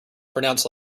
pronounced